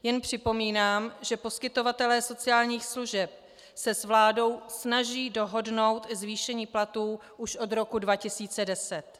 Jen připomínám, že poskytovatelé sociálních služeb si s vládou snaží dohodnout zvýšení platů už od roku 2010.